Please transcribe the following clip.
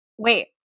Wait